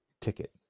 ticket